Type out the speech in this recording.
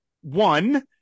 one